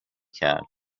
کرد